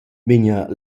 vegna